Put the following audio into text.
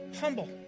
humble